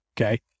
okay